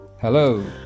Hello